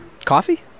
Coffee